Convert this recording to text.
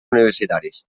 universitaris